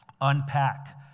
unpack